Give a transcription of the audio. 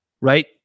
right